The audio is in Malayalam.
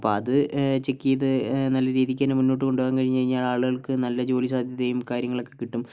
അപ്പൊൾ അത് ചെക്ക് ചെയ്ത് നല്ല രീതിക്കന്നെ മുന്നോട്ടു കൊണ്ടു പോകാൻ കഴിഞ്ഞ് കഴിഞ്ഞാൽ ആളുകൾക്ക് നല്ല ജോലി സാധ്യതയും കാര്യങ്ങളൊക്കെ കിട്ടും